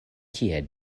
kie